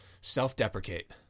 self-deprecate